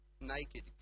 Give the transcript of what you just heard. Naked